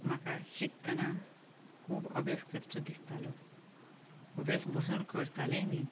म्हाका शिकतना खूब अभ्यास करचो दिसतालो अभ्यास बसून करतालेंय बी